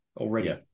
already